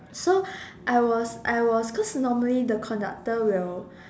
so I was I was cause normally the conductor will